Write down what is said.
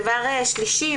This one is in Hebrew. דבר שלישי,